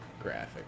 Graphic